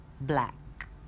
black